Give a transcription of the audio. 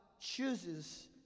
chooses